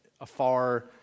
afar